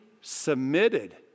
submitted